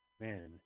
Man